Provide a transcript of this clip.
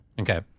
okay